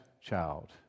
child